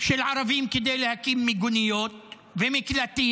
של ערבים כדי להקים מיגוניות ומקלטים?